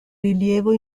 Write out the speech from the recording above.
rilievo